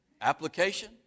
Application